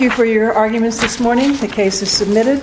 you for your arguments this morning the case is submitted